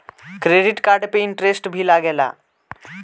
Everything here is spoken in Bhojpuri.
क्रेडिट कार्ड पे इंटरेस्ट भी लागेला?